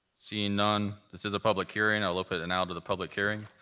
seeing none, this is a public hearing. i'll open it and now to the public hearing.